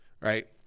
right